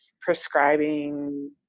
prescribing